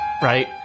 right